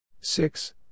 Six